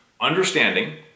Understanding